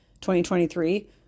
2023